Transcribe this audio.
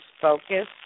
focus